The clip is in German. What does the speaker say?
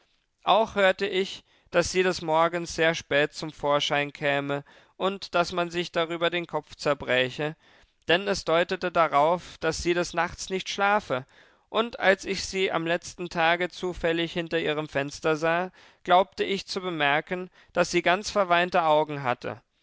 auch hörte ich daß sie des morgens sehr spät zum vorschein käme und daß man sich darüber den kopf zerbräche denn es deutete darauf daß sie des nachts nicht schlafe und als ich sie am letzten tage zufällig hinter ihrem fenster sah glaubte ich zu bemerken daß sie ganz verweinte augen hatte